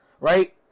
right